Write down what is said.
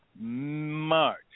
March